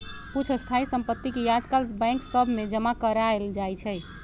कुछ स्थाइ सम्पति के याजकाल बैंक सभ में जमा करायल जाइ छइ